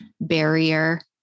barrier